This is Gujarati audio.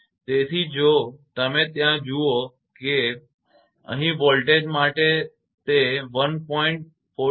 તેથી જો તમે ત્યાં જુઓ કે તે અહીં વોલ્ટેજ માટે છે તે 1